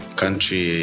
country